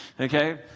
Okay